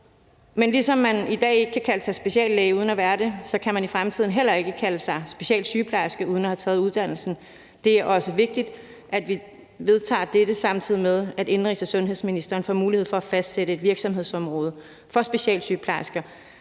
men ligesom man i dag ikke kan kalde sig speciallæge uden at være det, kan man i fremtiden heller ikke kalde sig specialsygeplejerske uden at have taget uddannelsen. Det er også vigtigt, at vi vedtager dette, samtidig med at indenrigs- og sundhedsministeren får mulighed for at fastsætte et virksomhedsområde for specialsygeplejersker,